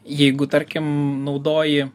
jeigu tarkim naudoji